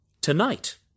tonight